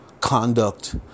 conduct